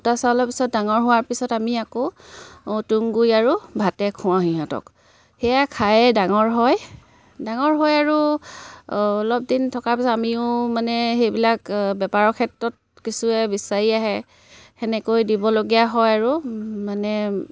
গোটা চাউলৰ পিছত ডাঙৰ হোৱাৰ পিছত আমি আকৌ তুঁহ গুৰি আৰু ভাতেই খোৱাওঁ সিহঁতক সেয়া খায়ে ডাঙৰ হয় ডাঙৰ হয় আৰু অলপ দিন থকাৰ পিছত আমিও মানে সেইবিলাক বেপাৰৰ ক্ষেত্ৰত কিছুৱে বিচাৰি আহে সেনেকৈ দিবলগীয়া হয় আৰু মানে